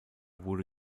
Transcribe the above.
wurde